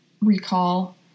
recall